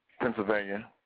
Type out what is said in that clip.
Pennsylvania